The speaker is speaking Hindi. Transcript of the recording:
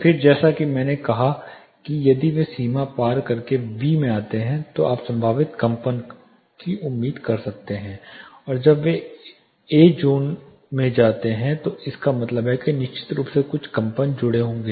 फिर जैसा कि मैंने कहा कि यदि वे सीमा पार करके बी में आते हैं तो आप संभावित कंपन की उम्मीद कर सकते हैं और जब वे जोन ए में जाते हैं तो इसका मतलब है कि निश्चित रूप से कुछ कंपन जुड़े होंगे